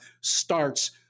starts